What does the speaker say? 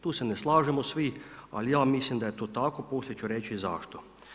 Tu se ne slažemo svi ali ja mislim da je to tako, poslije ću reći zašto.